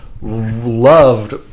loved